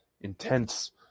intense